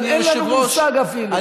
אין לנו מושג אפילו.